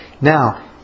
Now